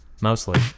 Mostly